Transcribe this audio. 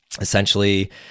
essentially